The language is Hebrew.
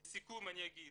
לסיכום אני אגיד